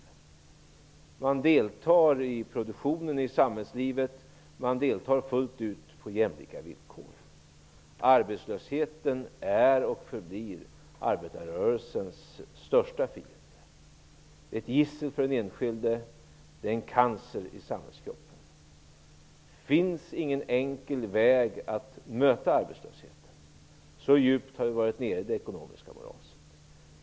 De kan då delta i produktionen och i samhällslivet fullt ut och på jämlika villkor. Arbetslösheten är och förblir arbetarrörelsens största fiende. Den är ett gissel för den enskilde och en cancer i samhällskroppen. Det finns ingen enkel väg att möta arbetslösheten - så djupt har vi varit nere i det ekonomiska moraset.